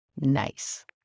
nice